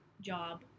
job-